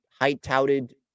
high-touted